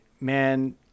man